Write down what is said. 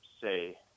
say